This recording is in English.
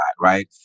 right